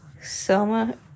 Selma